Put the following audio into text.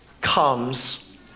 comes